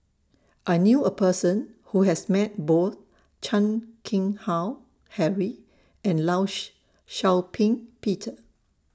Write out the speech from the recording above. I knew A Person Who has Met Both Chan Keng Howe Harry and law She Shau Ping Peter